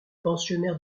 pensionnaires